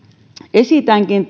esitänkin